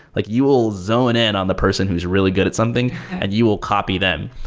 like you'll zone in on the person who's really good at something and you will copy them.